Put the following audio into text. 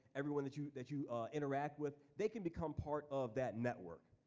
everyone that you that you interact with, they can become part of that network.